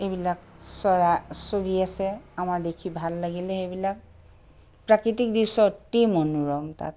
এইবিলাক চৰা চৰি আছে আমাৰ দেখি ভাল লাগিলে সেইবিলাক প্ৰাকৃতিক দৃশ্য অতি মনোৰম তাত